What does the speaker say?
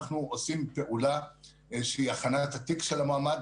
עושים פעולה שהיא הכנת התיק של המועמד.